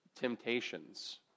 temptations